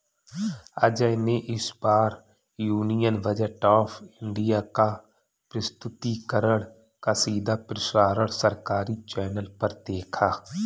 अजय ने इस बार यूनियन बजट ऑफ़ इंडिया का प्रस्तुतिकरण का सीधा प्रसारण सरकारी चैनल पर देखा